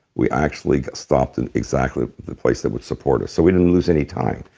we actually got stopped in exactly the place that would support us. so we didn't lose any time.